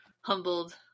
humbled